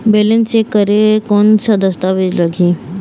Balance check करें कोन सा दस्तावेज लगी?